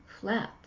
flat